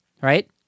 right